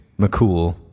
McCool